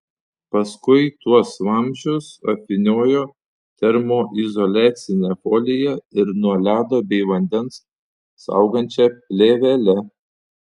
paskui tuos vamzdžius apvyniojo termoizoliacine folija ir nuo ledo bei vandens saugančia plėvele